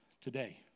Today